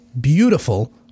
beautiful